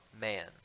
Man